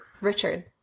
Richard